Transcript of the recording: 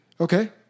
Okay